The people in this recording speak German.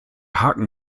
haken